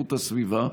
איכות הסביבה,